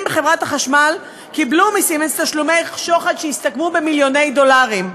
בחברת החשמל קיבלו מ"סימנס" תשלומי שוחד שהסתכמו במיליוני דולרים.